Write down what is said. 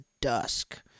dusk